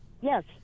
Yes